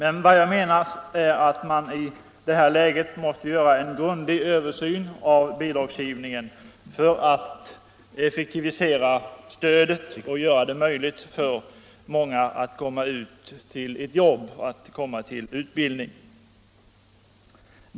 Jag menar dock att man i det här läget måste göra en grundlig översyn av bidragsgivningen för att effektivisera stödet och göra det möjligt för många fler att komma ut till ett jobb och till utbildning.